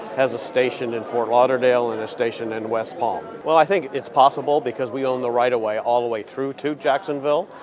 has a station in fort lauderdale, and a station in west palm. well i think it's possible because we own the right away all the way through to jacksonville,